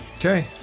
Okay